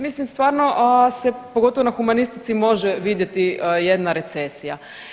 Mislim stvarno se pogotovo na humanistici može vidjeti jedna recesija.